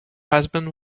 husband